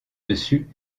dessus